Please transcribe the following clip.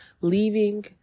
leaving